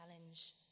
Challenge